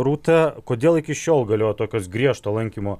rūta kodėl iki šiol galiojo tokios griežto lankymo